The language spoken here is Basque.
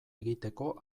egiteko